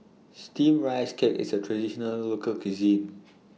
Steamed Rice Cake IS A Traditional Local Cuisine